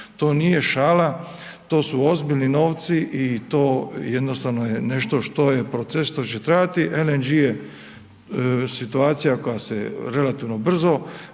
to nije šala, to su ozbiljni novci i to jednostavno je nešto što je proces koji će trajati, LNG je situacija koja se relativno brzo